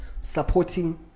supporting